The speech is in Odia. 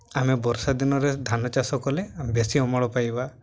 ଆମେ ବର୍ଷା ଦିନରେ ଧାନ ଚାଷ କଲେ ବେଶି ଅମଳ ପାଇବା